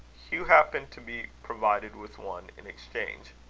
hugh happened to be provided with one in exchange.